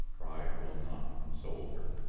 pride will not console her.